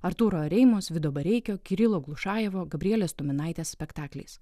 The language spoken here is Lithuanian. artūro reimos vido bareikio kirilo glušajevo gabrielės tuminaitės spektakliais